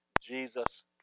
Jesus